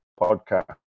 podcast